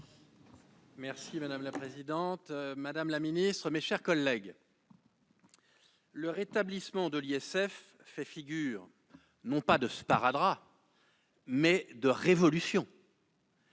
Capus. Madame la présidente, madame la secrétaire d'État, mes chers collègues, le rétablissement de l'ISF fait figure non pas de sparadrap, mais de révolution.